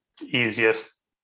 easiest